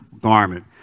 garment